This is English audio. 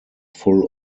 full